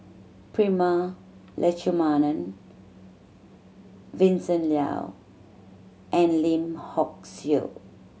Prema Letchumanan Vincent Leow and Lim Hock Siew